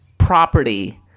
property